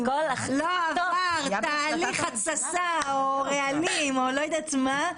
לא עבר תהליך התססה או רעלים או לא יודעת מה,